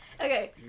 okay